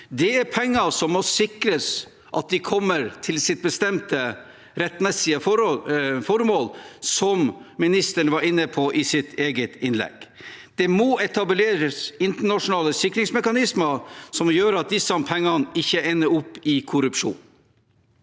Det er penger som det må sikres at kommer til sitt bestemte, rettmessige formål, som ministeren var inne på i sitt innlegg. Det må etableres internasjonale sikringsmekanismer som gjør at disse pengene ikke ender opp i korrupsjon.